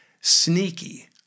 sneaky